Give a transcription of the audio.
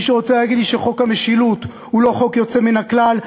מישהו רוצה להגיד לי שחוק המשילות הוא לא חוק יוצא מן הכלל?